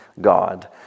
God